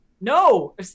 No